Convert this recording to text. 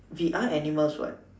we are animals what